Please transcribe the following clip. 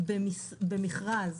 במכרז